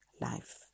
life